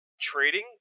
Trading